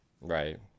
Right